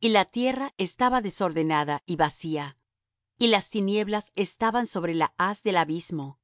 y la tierra estaba desordenada y vacía y las tinieblas estaban sobre la haz del abismo